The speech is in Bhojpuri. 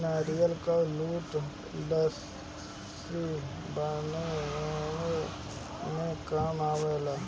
नारियल कअ जूट रस्सी बनावे में काम आवेला